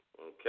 okay